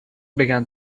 began